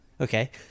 Okay